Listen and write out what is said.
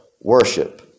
worship